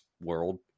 world